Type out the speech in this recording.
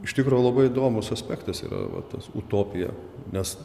iš tikro labai įdomūs aspektas yra va tas utopija nes